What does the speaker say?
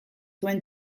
zuen